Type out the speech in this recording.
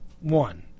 One